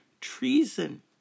Treason